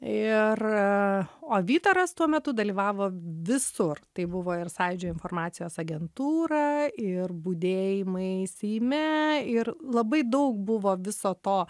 ir o vytaras tuo metu dalyvavo visur tai buvo ir sąjūdžio informacijos agentūra ir budėjimai seime ir labai daug buvo viso to